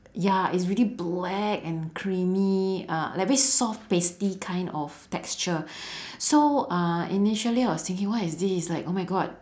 ya it's really black and creamy uh like very soft pasty kind of texture so uh initially I was thinking what is this like oh my god